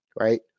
Right